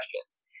questions